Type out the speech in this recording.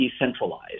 decentralized